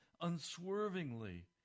unswervingly